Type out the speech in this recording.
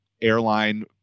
airline